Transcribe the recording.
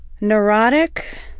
neurotic